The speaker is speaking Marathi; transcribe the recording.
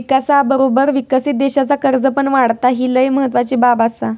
विकासाबरोबर विकसित देशाचा कर्ज पण वाढता, ही लय महत्वाची बाब आसा